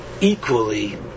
equally